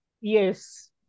yes